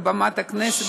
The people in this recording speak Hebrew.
מעל במת הכנסת,